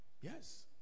Yes